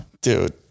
dude